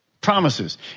promises